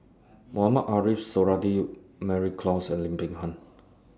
Mohamed Ariff Suradi Mary Klass and Lim Peng Han